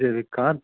जैविक खाद